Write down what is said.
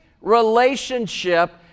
relationship